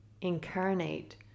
incarnate